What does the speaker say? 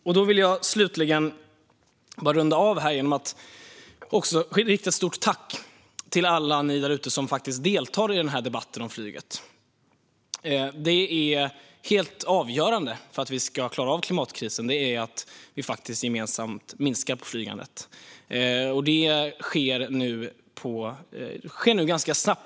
Jag vill slutligen runda av genom att rikta ett stort tack till alla er därute som deltar i debatten om flyget. Det är helt avgörande för att vi ska klara av klimatkrisen att vi gemensamt minskar på flygandet. Det sker nu ganska snabbt.